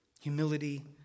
Humility